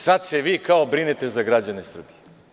Sada se vi kao brinete za građane Srbije.